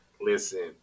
Listen